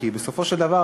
כי בסופו של דבר,